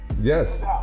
yes